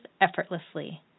effortlessly